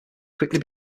quickly